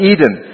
Eden